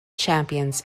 champions